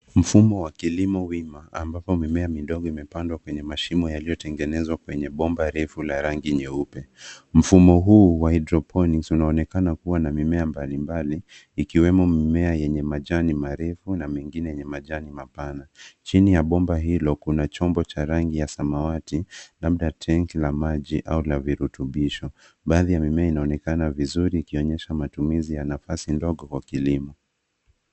Mfumo wa kilimo wima ambapo mimea midogo imepandwa kwenye mashimo yaliyotengenezwa kwenye bomba refu la rangi nyeupe. Mfumo huu wa [cs[hydroponics unaonekana kuwa na mimea mbalimbali ikiwemo mimea yenye majani marefu na mengine yenye majani mapana. Chini ya bomba hilo kuna chombo cha rangi ya samawati labda tangi la maji au la virutubisho. Baadhi ya mimea inaonekana vizuri ikionyesha matumizi ya nafasi ndogo kwa kilimo